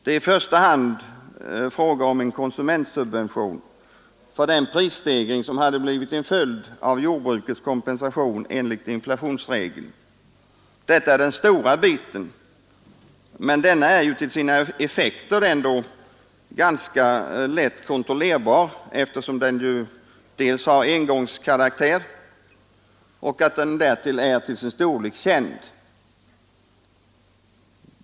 Det är i första hand fråga om en konsumentsubvention för den prisstegring som hade blivit en följd av jordbrukets kompensation enligt inflationsregeln. Detta är den stora biten, men den är ju till sina effekter ganska lätt kontrollerbar eftersom den dels har engångskaraktär, dels är till sin storlek känd.